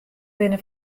binne